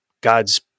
God's